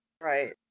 Right